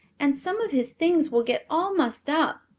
and some of his things will get all mussed up.